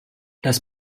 das